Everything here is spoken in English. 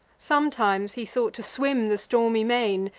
sometimes he thought to swim the stormy main,